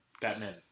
Batman